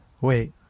Wait